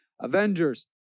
avengers